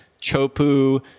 chopu